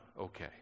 okay